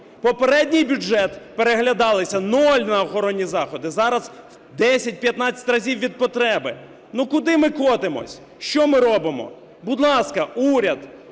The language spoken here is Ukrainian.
Попередній бюджет переглядали: нуль – на охоронні заходи, зараз – в 10-15 разів від потреби. Ну, куди ми котимося, що ми робимо? Будь ласка, уряд,